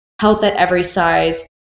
health-at-every-size